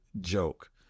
joke